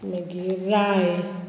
मागीर राय